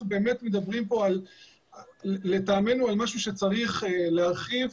אנחנו באמת מדברים פה על משהו שצריך להרחיב,